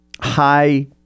high –